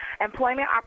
Employment